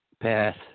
path